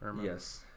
yes